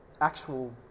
actual